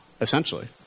essentially